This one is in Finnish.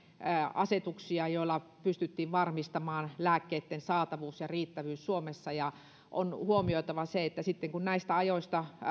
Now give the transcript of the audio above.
asetuksia joilla pystyttiin varmistamaan lääkkeitten saatavuus ja riittävyys suomessa on huomioitava se että sitten kun näistä ajoista